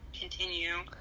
continue